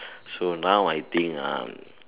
so now I think ah